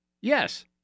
Yes